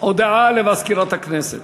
הודעה למזכירת הכנסת.